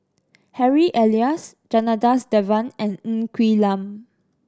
Harry Elias Janadas Devan and Ng Quee Lam